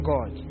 God